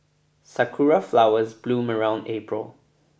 sakura flowers bloom around April